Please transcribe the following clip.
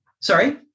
sorry